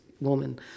woman